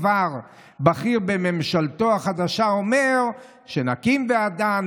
כבר בכיר בממשלתו החדשה אומר שנקים ועדה,